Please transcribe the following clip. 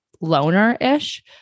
loner-ish